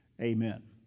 Amen